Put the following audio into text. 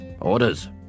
Orders